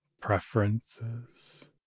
preferences